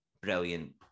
brilliant